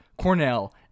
Cornell